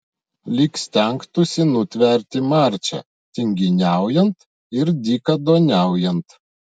lyg stengtųsi nutverti marčią tinginiaujant ir dykaduoniaujant